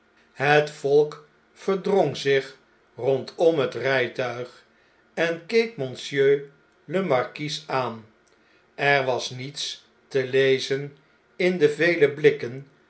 het volk verdrong zich rondom het rjjtuig en keek monsieur le marquis aan erwas niets te lezen in de vele blikken